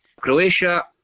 Croatia